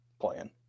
playing